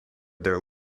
their